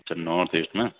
اچھا North East میں